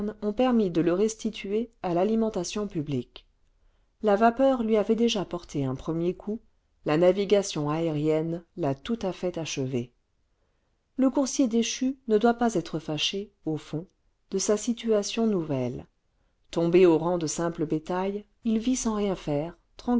ont permis de le restituer à l'alimentation publique la vapeur lui avait déjà porté un premier coup la navigation aérienne l'a tout à fait achevé le coursier déchu ne doit pas être fâché au fond de sa situation nouvelle tombé au rang de simple bétail il vit sans rien faire